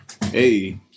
Hey